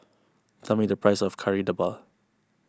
tell me the price of Kari Debal